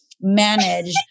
manage